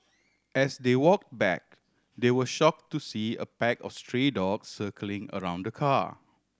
as they walk back they were shock to see a pack of stray dogs circling around the car